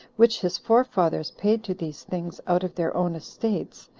which his forefathers paid to these things out of their own estates,